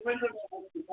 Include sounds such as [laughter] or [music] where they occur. [unintelligible]